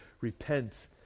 repent